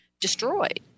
destroyed